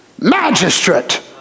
magistrate